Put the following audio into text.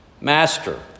master